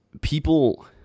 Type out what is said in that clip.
people